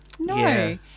No